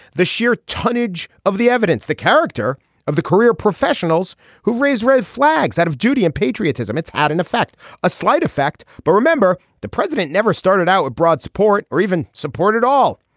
the sheer tonnage of the evidence the character of the career professionals who raise red flags out of duty and patriotism it's had an effect a slight effect. but remember the president never started out with broad support or even support at all.